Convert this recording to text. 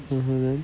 mmhmm then